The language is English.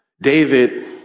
David